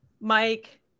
Mike